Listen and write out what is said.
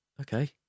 okay